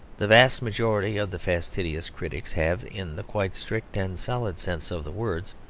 the vast majority of the fastidious critics have, in the quite strict and solid sense of the words,